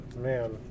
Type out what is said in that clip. Man